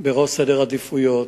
בראש סדר העדיפויות,